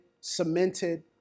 cemented